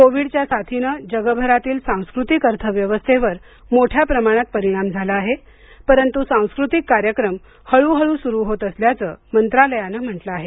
कोविडच्या साथीने जगभरातील सांस्कृतिक अर्थव्यवस्थेवर मोठ्या प्रमाणात परिणाम झाला आहे परंतु सांस्कृतिक कार्यक्रम हळूहळू सुरू होत असल्याचं मंत्रालयाने म्हटले आहे